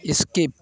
skip